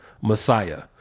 messiah